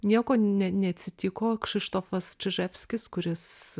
nieko ne neatsitiko kšištofas čiževskis kuris